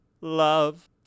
love